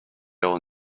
all